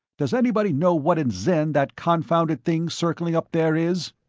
does anybody know what in zen that confounded thing, circling up there, is?